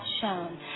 shown